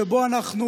שבו אנחנו,